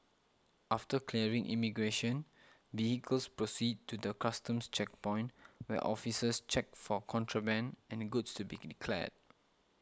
after clearing immigration vehicles proceed to the Customs checkpoint where officers check for contraband and goods to be declared